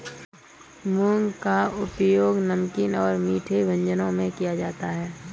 मूंग का उपयोग नमकीन और मीठे व्यंजनों में किया जाता है